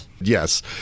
Yes